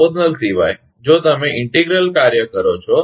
proportional સિવાય જો તમે ઇન્ટિગ્રલ કાર્ય કરો છો